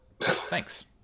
thanks